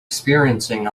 experiencing